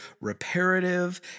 reparative